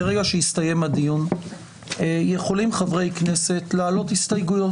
ברגע שיסתיים הדיון יכולים חברי כנסת להעלות הסתייגויות.